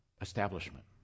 establishment